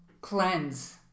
cleanse